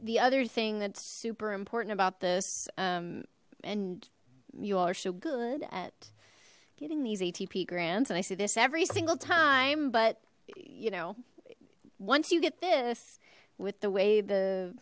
the other thing that's super important about this um and you are so good at getting these atp grants and i see this every single time but you know once you get this with the way the